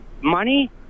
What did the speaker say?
money